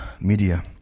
media